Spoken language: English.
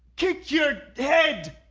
kick your head!